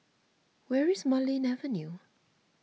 where is Marlene Avenue